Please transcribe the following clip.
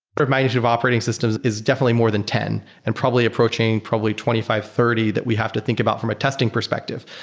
my vision of operating systems is definitely more than ten and probably approaching probably twenty five, thirty that we have to think about from a testing perspective.